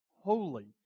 holy